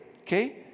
okay